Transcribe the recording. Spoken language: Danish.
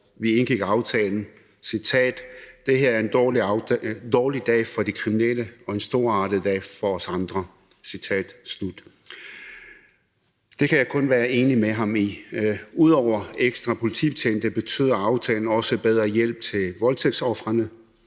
vi indgik aftalen – citat: »Det her er en dårlig dag for de kriminelle og storartet for alle os andre!« Det kan jeg kun være enig med ham i. Ud over ekstra politibetjente betyder aftalen også bedre hjælp til voldtægtsofrene,